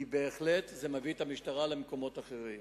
כי זה מביא את המשטרה למקומות אחרים.